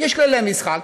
יש כללי משחק,